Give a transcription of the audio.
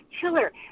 Chiller